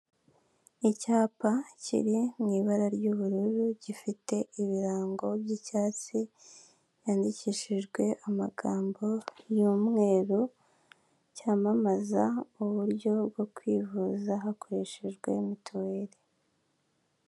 Icyapa kiri mu ibara ry'ubururu gifite ibirango by'icyatsi cyandikishijwe amagambo y'umweru cyamamaza uburyo bwo kwivuza hakoreshejwe mituweri.